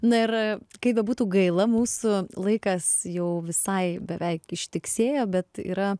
na ir kaip bebūtų gaila mūsų laikas jau visai beveik ištiksėjo bet yra